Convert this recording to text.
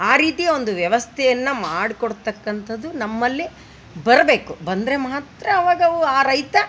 ಆ ರೀತಿಯ ಒಂದು ವ್ಯವಸ್ಥೆಯನ್ನು ಮಾಡ್ಕೊಡ್ತಕಂಥದ್ದು ನಮ್ಮಲ್ಲಿ ಬರಬೇಕು ಬಂದರೆ ಮಾತ್ರ ಅವಾಗವು ಆ ರೈತ